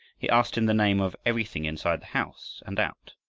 he asked him the name of everything inside the house and out,